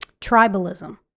tribalism